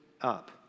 up